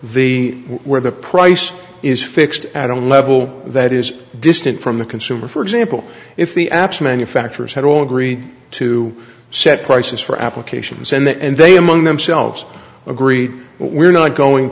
the where the price is fixed at a level that is distant from the consumer for example if the apps manufacturers had all agreed to set prices for applications in the end they among themselves agreed we're not going